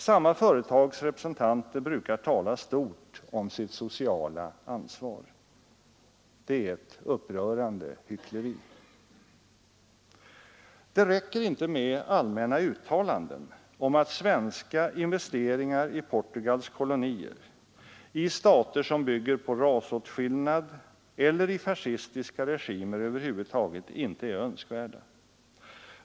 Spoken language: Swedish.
Samma företags representanter brukar tala stort om sitt sociala ansvar. Det är ett upprörande hyckleri. Det räcker inte med allmänna uttalanden om att svenska investeringar i Portugals kolonier, i stater som bygger på rasåtskillnad eller i fascistiska regimer över huvud taget inte är önskvärda.